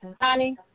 honey